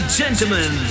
gentlemen